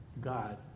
god